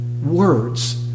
words